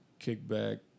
kickback